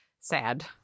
sad